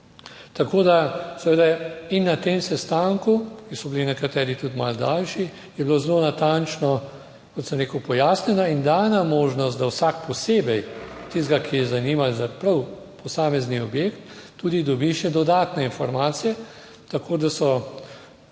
Tako da seveda in na tem sestanku, ki so bili nekateri tudi malo daljši, je bilo zelo natančno, kot sem rekel, pojasnjeno in dana možnost, da vsak posebej tistega, ki je zanimalo za prav posamezni objekt, tudi dobi še dodatne informacije, tako da so,